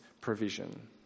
provision